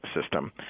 system